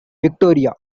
victoria